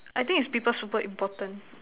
I think is people super important